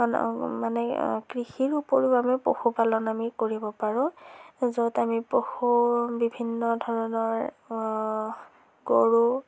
মানে কৃষিৰ উপৰিও আমি পশুপালন আমি কৰিব পাৰোঁ য'ত আমি পশু বিভিন্ন ধৰণৰ গৰু